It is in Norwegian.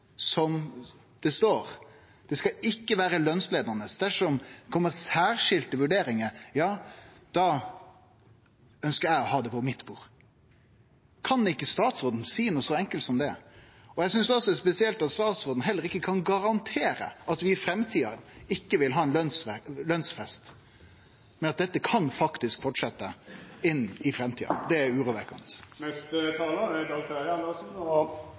skal ikkje vere lønsleiande. Dersom det kjem særskilde vurderingar, ønskjer eg å ha det på mitt bord.» Kan ikkje statsråden seie noko så enkelt som det? Eg synest også det er spesielt at statsråden heller ikkje kan garantere at vi i framtida ikkje får ein lønsfest, men at dette faktisk kan fortsetje inn i framtida. Det er urovekkjande. Representanten Dag Terje Andersen har hatt ordet to gonger tidlegare og